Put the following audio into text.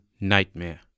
Nightmare